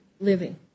living